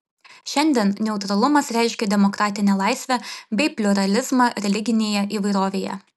šiandien neutralumas reiškia demokratinę laisvę bei pliuralizmą religinėje įvairovėje